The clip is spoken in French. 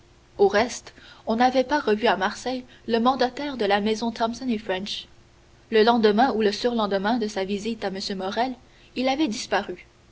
au reste on n'avait pas revu à marseille le mandataire de la maison thomson et french le lendemain ou le surlendemain de sa visite à m morrel il avait disparu